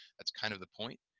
that's kind of the point